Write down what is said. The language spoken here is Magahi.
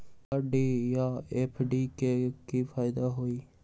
आर.डी आ एफ.डी के कि फायदा हई?